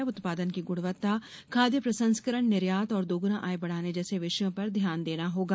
अब उत्पादन की ग्रणवत्ता खाद्य प्र संस्करण निर्यात और दोग्रना आय बढ़ाने जैसे विषयों पर ध्यान देना होगा